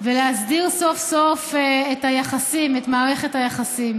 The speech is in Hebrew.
ולהסדיר סוף-סוף את מערכת היחסים.